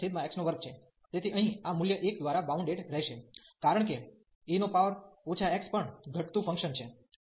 તેથી અહીં આ મૂલ્ય 1 દ્વારા બાઉન્ડેડ રહેશે કારણ કે e x પણ ઘટતું ફંકશન છે